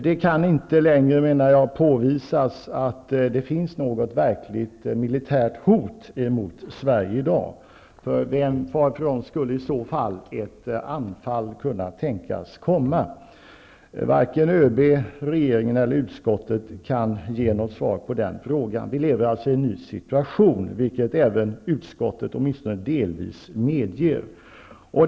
Det kan inte längre påvisas att det finns något verkligt militärt hot mot Sverige i dag. Varifrån skulle i så fall ett anfall kunna tänkas komma? Varken ÖB, regeringen eller utskottet kan ge något svar på den frågan. Vi lever alltså i en ny situation, vilket även utskottet åtminstone delvis medger.